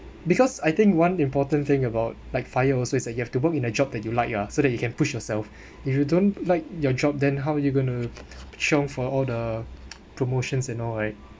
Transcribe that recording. because I think one important thing about like FIRE also is that you have to work in a job that you like ah so that you can push yourself if you don't like your job then how are you going to chiong for all the promotions and all right